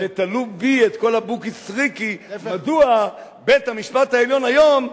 ותלו בי את כל הבוקי-סריקי: מדוע בית-המשפט העליון היום,